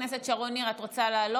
חברת הכנסת שרון ניר, את רוצה לעלות?